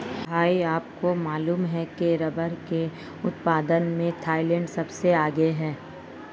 भैया आपको मालूम है रब्बर के उत्पादन में थाईलैंड सबसे आगे हैं